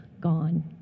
gone